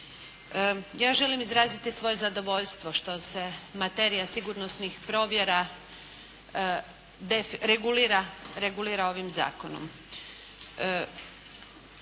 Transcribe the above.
Ja želim izraziti svoje zadovoljstvo što se materija sigurnosnih provjera regulira ovim zakonom.